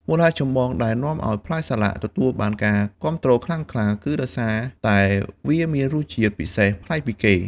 មូលហេតុចម្បងដែលនាំឱ្យផ្លែសាឡាក់ទទួលបានការគាំទ្រខ្លាំងក្លា គឺដោយសារតែវាមានរសជាតិពិសេស ប្លែកពីគេ។